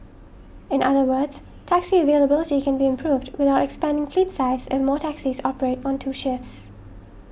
in other words taxi availability can be improved without expanding fleet size if more taxis operate on two shifts